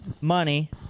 Money